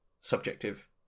subjective